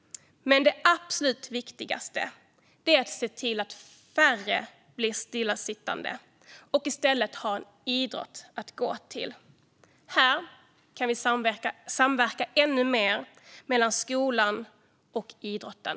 Men det absolut viktigaste är att se till att färre blir stillasittande och i stället har en idrott att gå till. Här kan vi samverka ännu mer mellan skolan och idrotten.